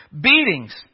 beatings